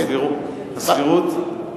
הסבירות, ?